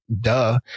Duh